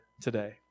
today